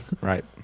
Right